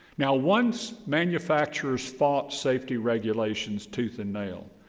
now, once manufacturers fought safety regulations tooth and nail.